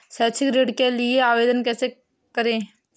शैक्षिक ऋण के लिए आवेदन कैसे करें?